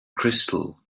crystal